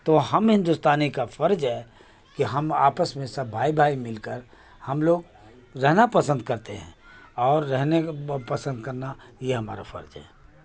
تو ہم ہندوستانی کا فرض ہے کہ ہم آپس میں سب بھائی بھائی مل کر ہم لوگ رہنا پسند کرتے ہیں اور رہنے کا پسند کرنا یہ ہمارا فرض ہے